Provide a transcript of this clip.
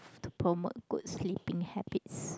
to promote good sleeping habits